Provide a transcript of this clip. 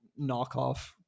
knockoff